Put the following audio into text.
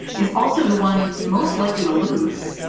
is also the one most likely to lose.